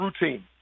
routine